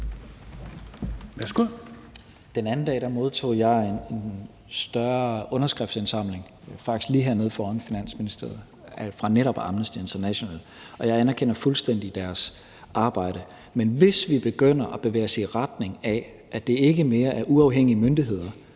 Den anden dag modtog jeg en større underskriftsindsamling, faktisk lige hernede foran Finansministeriet, fra netop Amnesty International, og jeg anerkender fuldstændig deres arbejde. Men hvis vi begynder at bevæge os i retning af, at det ikke mere er uafhængige myndigheder,